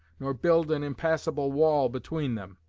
nor build an impassable wall between them.